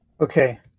Okay